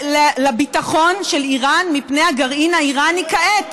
לביטחון של איראן מפני הגרעין האיראני כעת?